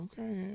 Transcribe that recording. okay